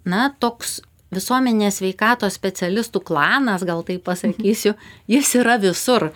na toks visuomenės sveikatos specialistų klanas gal taip pasakysiu jis yra visur